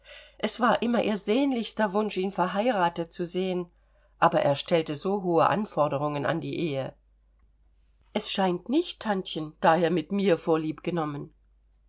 es war immer ihr sehnlichster wunsch ihn verheiratet zu sehen aber er stellte so hohe anforderungen an die ehe es scheint nicht tantchen da er mit mir vorlieb genommen